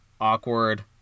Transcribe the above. awkward